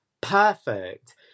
perfect